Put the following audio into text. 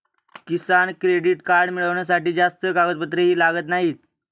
किसान credit card मिळवण्यासाठी जास्त कागदपत्रेही लागत नाहीत